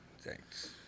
Thanks